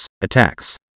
attacks